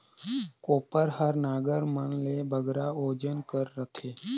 कोपर हर नांगर मन ले बगरा ओजन कर रहथे